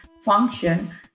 function